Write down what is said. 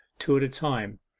two at a time,